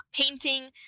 painting